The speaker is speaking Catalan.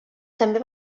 també